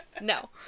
No